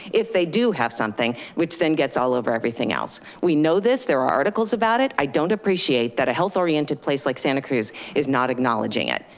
if they do have something, which then gets all over everything else. we know this, there are articles about it. i don't appreciate that a health oriented place like santa cruz is not acknowledging it.